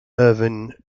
irvine